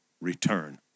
return